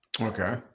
Okay